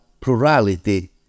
plurality